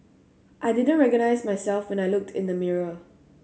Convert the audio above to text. I didn't recognise myself when I looked in the mirror